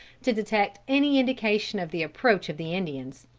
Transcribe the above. to detect any indication of the approach of the indians.